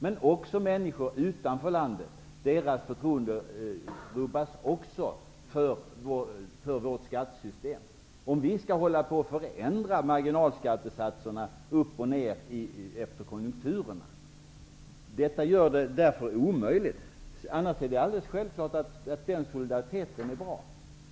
Men även hos människor utanför detta land rubbas förtroendet för vårt skattesystem, om vi håller på och förändrar marginalskattesatserna allteftersom konjunkturerna svänger. Detta gör ett sådant förslag alldeles omöjligt. Men självfallet är det bra att man visar en sådan solidaritet.